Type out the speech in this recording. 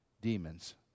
demons